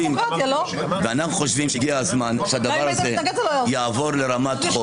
--- גם אם היית מתנגד, זה לא היה עוזר לך.